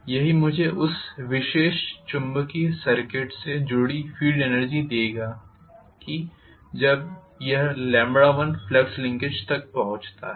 यही मुझे उस विशेष चुंबकीय सर्किट से जुड़ी फील्ड एनर्जी देगा कि जब यह 1फ्लक्स लिंकेज तक पहुंचता है